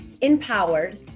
empowered